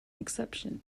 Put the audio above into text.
exception